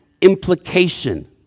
implication